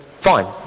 fine